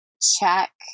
check